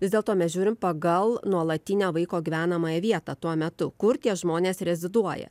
vis dėlto mes žiūrim pagal nuolatinę vaiko gyvenamąją vietą tuo metu kur tie žmonės reziduoja